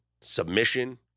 submission